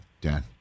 Dan